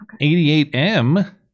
88M